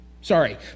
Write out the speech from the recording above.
sorry